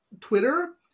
Twitter